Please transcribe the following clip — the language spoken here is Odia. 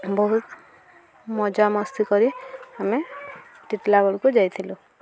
ବହୁତ ମଜାମସ୍ତି କରି ଆମେ ଟିଟଲାଗଡ଼କୁ ଯାଇଥିଲୁ